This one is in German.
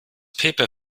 paper